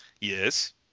yes